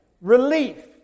Relief